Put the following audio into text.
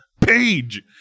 page